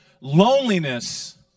loneliness